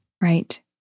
Right